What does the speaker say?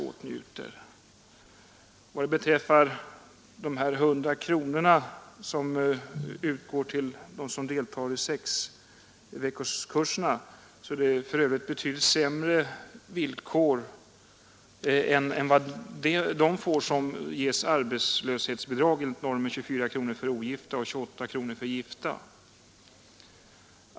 Vad beträffar de 100 kronor som utgår till dem som deltar i sexveckorskurserna, så är det betydligt sämre villkor än vad de har, som ges arbetslöshetsbidrag enligt normen 24 kronor för ogifta och 28 kronor för gifta.